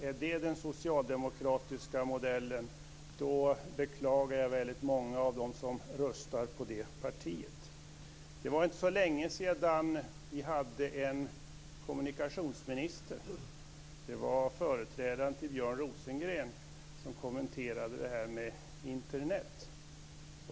Är det den socialdemokratiska modellen beklagar jag väldigt många av dem som röstar på det partiet. Det var inte så länge sedan vi hade en kommunikationsminister - Björn Rosengrens företrädare - som kommenterade detta med Internet.